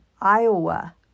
Iowa